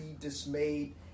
dismayed